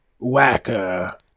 wacker